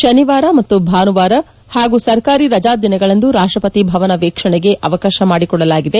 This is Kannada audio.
ಶನಿವಾರ ಮತ್ತು ಭಾನುವಾರಗಳಂದು ಹಾಗೂ ಸರ್ಕಾರಿ ರಜಾ ದಿನಗಳಂದು ರಾಷ್ಷಪತಿ ಭವನ ವೀಕ್ಷಣೆಗೆ ಅವಕಾಶ ಮಾಡಿಕೊಡಲಾಗಿದೆ